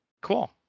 Cool